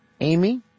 Amy